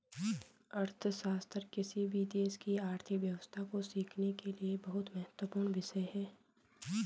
अर्थशास्त्र किसी भी देश की आर्थिक व्यवस्था को सीखने के लिए बहुत महत्वपूर्ण विषय हैं